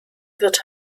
wird